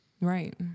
Right